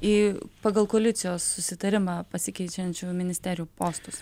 į pagal koalicijos susitarimą pasikeičiančių ministerijų postus